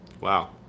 Wow